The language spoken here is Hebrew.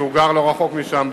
והוא גר לא רחוק משם,